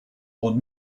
are